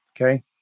okay